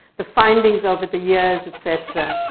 the findings over the years, et cetera.